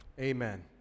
Amen